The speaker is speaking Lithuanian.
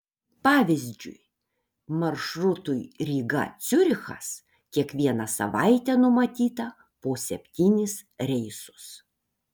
pavyzdžiui maršrutui ryga ciurichas kiekvieną savaitę numatyta po septynis reisus